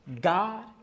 God